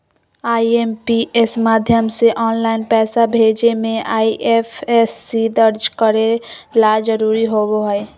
IMPS माध्यम से online पैसा भेजे मे आई.एफ.एस.सी दर्ज करे ला जरूरी होबो हय